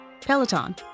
Peloton